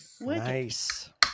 Nice